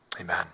Amen